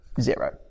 zero